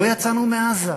לא יצאנו מעזה.